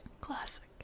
Classic